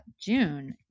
june